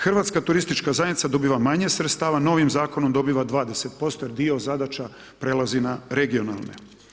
Hrvatska turistička zajednica dobiva manje sredstava, novim Zakonom dobiva 20% jer dio zadaća prelazi na regionalne.